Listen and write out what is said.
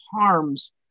harms